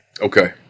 Okay